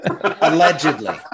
Allegedly